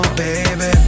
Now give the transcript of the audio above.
baby